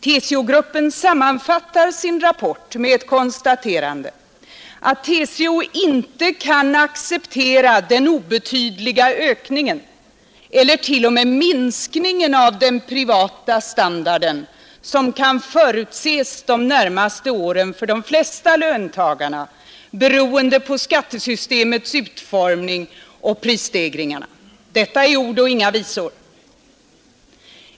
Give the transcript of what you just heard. TCO-gruppén sammanfattar sin rapport med ett konstaterande, att TCO inte kan acceptera den obetydliga ökning eller t.o.m. minskning av den privata standarden som kan förutses de närmaste åren för de flesta löntagarna beroende på skattesystemets utformning och prisstegringarna. Detta är ord och inga visor.